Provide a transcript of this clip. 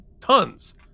tons